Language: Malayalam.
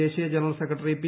ദേശീയ ജനറൽ സെക്രട്ടറി പി